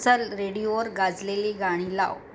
चल रेडिओवर गाजलेली गाणी लाव